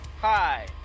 Hi